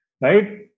right